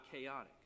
chaotic